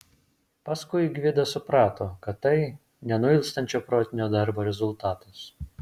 paskui gvidas suprato kad tai nenuilstančio protinio darbo rezultatas